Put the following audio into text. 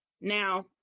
Now